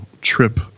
trip